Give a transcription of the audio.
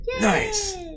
Nice